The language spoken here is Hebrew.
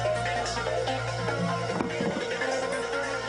והעונה הייתה הרבה יותר קצרה.